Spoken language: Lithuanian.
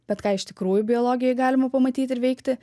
bet ką iš tikrųjų biologijoj galima pamatyti ir veikti